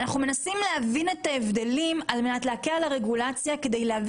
אנחנו מנסים להבין את ההבדלים על מנת להקל על הרגולציה וכדי להחזיר